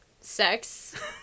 sex